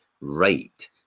right